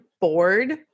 bored